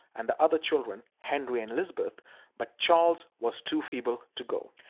and the other children, henry and elizabeth but charles was too feeble to go.